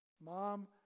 Mom